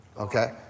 Okay